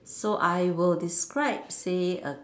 so I will describe say a